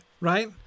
right